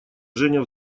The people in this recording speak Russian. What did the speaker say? женя